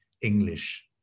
English